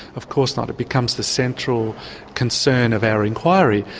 of course not. it becomes the central concern of our inquiry,